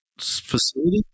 facility